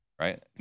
Right